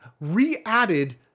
re-added